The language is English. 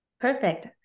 Perfect